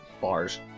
Bars